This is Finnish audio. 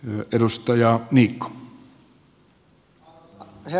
arvoisa herra puhemies